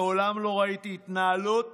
מעולם לא ראיתי התנהלות